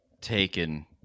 taken